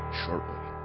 shortly